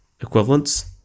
equivalence